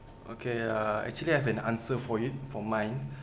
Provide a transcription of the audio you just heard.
okay uh actually I have an answer for it for mine